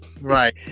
Right